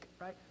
right